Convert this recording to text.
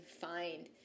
find